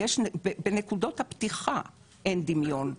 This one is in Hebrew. בנקודות הפתיחה אין דמיון.